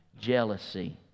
jealousy